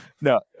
No